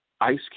Ice